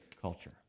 culture